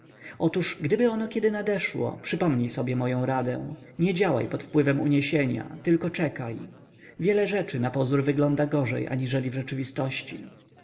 otóż gdyby ono kiedy nadeszło przypomnij sobie moję radę nie działaj pod wpływem uniesienia tylko czekaj wiele rzeczy napozór wygląda gorzej aniżeli w rzeczywistości